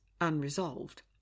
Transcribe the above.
unresolved